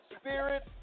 Spirit